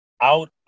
out